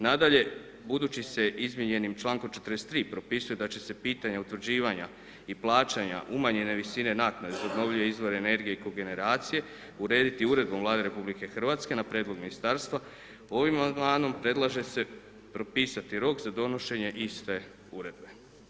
Nadalje, budući se izmijenjenim člankom 43., propisuje da će se pitanja utvrđivanja i plaćanja umanjene visine naknade za obnovljive izvore energije i kogeneracije, urediti Uredbom Vlade Republike Hrvatske na prijedlog Ministarstva, ovim amandmanom predlaže se propisati rok za donošenje iste Uredbe.